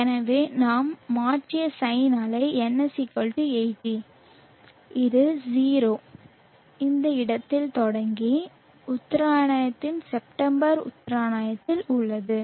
எனவே நாம் மாற்றிய சைன் அலை N 80 இது 0 இந்த கட்டத்தில் தொடங்கி உத்தராயணத்தில் செப்டம்பர் உத்தராயணத்தில் உள்ளது